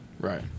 Right